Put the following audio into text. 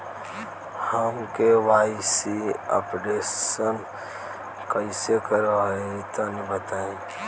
हम KYC updation कइसे करवाई तनि बताई?